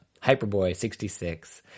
Hyperboy66